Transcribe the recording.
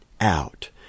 out